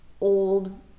old